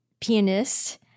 pianist